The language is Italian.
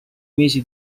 mesi